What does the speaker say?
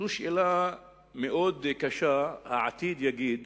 זו שאלה מאוד קשה, העתיד יגיד.